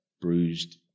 bruised